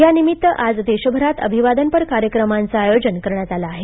या निमित्त आज देशभरांत अभिवादनपर कार्यक्रमांचं आयोजन करण्यात आलं आहे